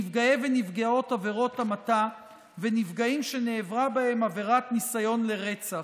נפגעי ונפגעות עבירות המתה ונפגעים שנעברה בהם עבירת ניסיון לרצח.